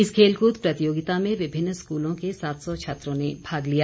इस खेलकूद प्रतियोगिता में विभिन्न स्कूलों के सात सौ छात्रों ने भाग लिया